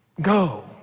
Go